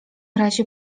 razie